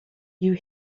you